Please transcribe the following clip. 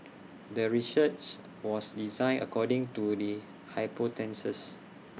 the research was designed according to the hypothesis